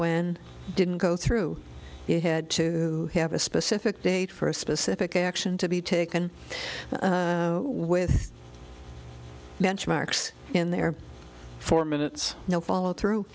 when didn't go through it had to have a specific date for a specific action to be taken with benchmarks in their four minutes no follow through